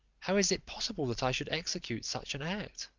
how is it possible that i should execute such an act?